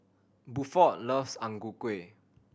Buford loves Ang Ku Kueh